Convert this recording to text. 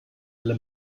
alle